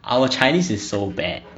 our chinese is so bad